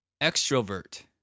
Extrovert